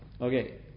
Okay